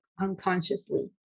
unconsciously